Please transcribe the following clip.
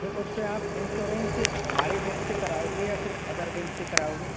फिर उस पर आप इंश्योरेंस हमारे बैंक से कराओगे या फिर अदर बैंक से कराओगे